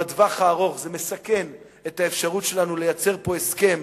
בטווח הארוך זה מסכן את האפשרות שלנו לייצר פה הסכם